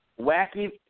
Wacky